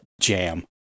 jam